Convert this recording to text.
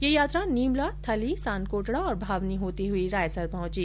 यह यात्रा नीमला थली सानकोटडा और भावनी होती हुई रायसर पहुंची